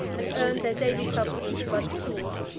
and earned their daily subsistence by the sword.